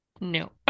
No